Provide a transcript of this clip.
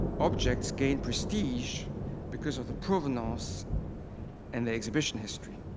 objects gained prestige because of the provenance and their exhibition history,